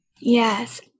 yes